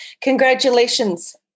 Congratulations